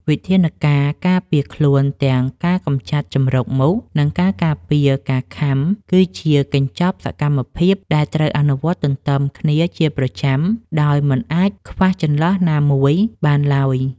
វិធានការការពារខ្លួនទាំងការកម្ចាត់ជម្រកមូស និងការការពារការខាំ គឺជាកញ្ចប់សកម្មភាពដែលត្រូវអនុវត្តទន្ទឹមគ្នាជាប្រចាំដោយមិនអាចខ្វះចន្លោះណាមួយបានឡើយ។